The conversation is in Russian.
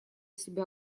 себя